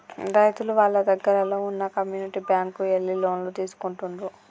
రైతులు వాళ్ళ దగ్గరల్లో వున్న కమ్యూనిటీ బ్యాంక్ కు ఎళ్లి లోన్లు తీసుకుంటుండ్రు